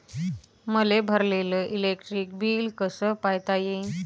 मले भरलेल electric bill कस पायता येईन?